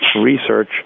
Research